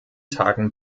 tagen